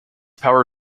power